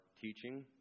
teaching